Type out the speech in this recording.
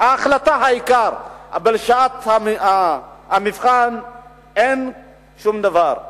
ההחלטה העיקר, בשעת המבחן אין שום דבר.